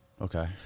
okay